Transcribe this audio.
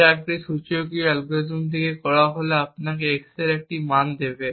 যা একটি সূচকীয় অ্যালগরিদম দিয়ে করা হলে আপনাকে x এর একটি মান দেবে